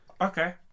Okay